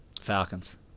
Falcons